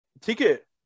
ticket